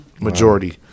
majority